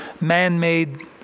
man-made